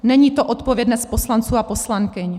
Není to odpovědnost poslanců a poslankyň.